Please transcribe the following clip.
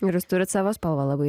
ir jūs turit savo spalvą labai